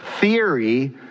theory